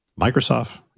Microsoft